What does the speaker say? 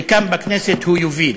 וכאן בכנסת הוא יוביל.